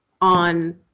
on